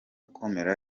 komera